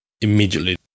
immediately